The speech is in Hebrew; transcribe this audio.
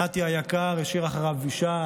נתי היקר השאיר אחריו אישה,